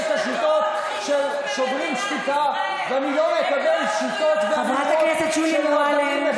אז איך תדע אם אתה לא בא לדיונים?